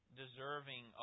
deserving